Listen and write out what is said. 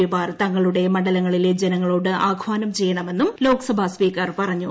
പിമാർ തങ്ങളുടെ മണ്ഡലങ്ങളില്ലെ ജനങ്ങളോട് ആഹ്വാനം ചെയ്യണമെന്നും ലോക്സഭാ സ്പീക്കർ പറഞ്ഞു